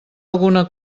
alguna